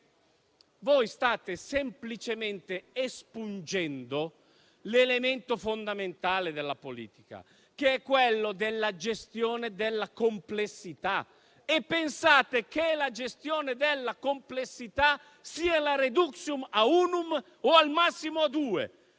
voi state semplicemente espungendo l'elemento fondamentale della politica, che è quello della gestione della complessità, pensando che essa sia la *reductio ad unum* o al massimo a due.